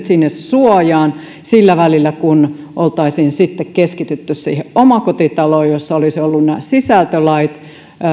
sinne suojaan sillä välillä kun oltaisiin sitten keskitytty siihen omakotitaloon jossa olisivat olleet nämä sisältölait